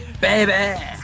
Baby